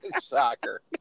soccer